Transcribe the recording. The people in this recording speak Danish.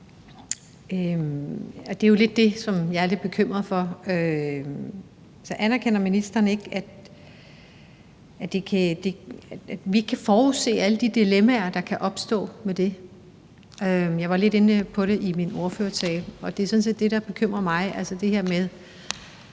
er jo det, som jeg er lidt bekymret for. Så anerkender ministeren ikke, at vi ikke kan forudse alle de dilemmaer, der kan opstå med det? Jeg var lidt inde på det i min ordførertale, og det, der sådan set bekymrer mig, er det her med,